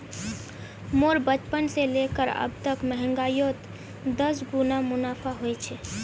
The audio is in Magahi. मोर बचपन से लेकर अब तक महंगाईयोत दस गुना मुनाफा होए छे